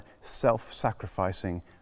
self-sacrificing